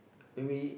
maybe